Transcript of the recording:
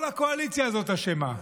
כל הקואליציה הזאת אשמה,